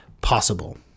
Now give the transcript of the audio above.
possible